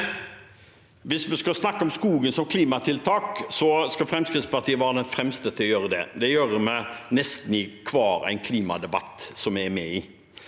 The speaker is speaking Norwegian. Hvis vi skal snakke om skogen som klimatiltak, skal Fremskrittspartiet være de fremste til å gjøre det. Det gjør vi i nesten hver klimadebatt vi er med i.